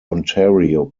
ontario